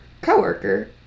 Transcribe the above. coworker